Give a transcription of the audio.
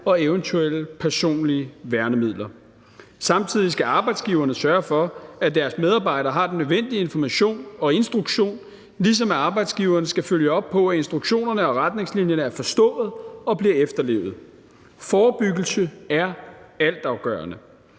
og eventuelle personlige værnemidler. Samtidig skal arbejdsgiveren sørge for, at deres medarbejdere har den nødvendige information og instruktion, ligesom arbejdsgiveren skal følge op på, om instruktionerne og retningslinjerne er forstået og bliver efterlevet. Forebyggelse er altafgørende.